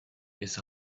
his